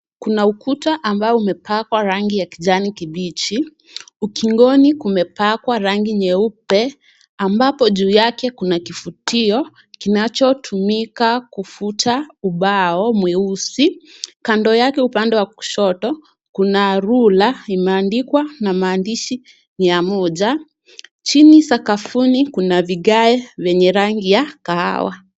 Kuna ukuta ambayo impakwa rangi ya kijani kibichi. Ukingikoni imepakwa rangi nyeupe ambapo juu yake kuna kifutio kinacho tumika kufuta ubao mweusi. Kando yake upande kushoto kuna rula imeandikwa na maandishi mia moja. Jini sakafuni kuna vigae venye rangi ya kahawa.